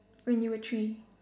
when you were three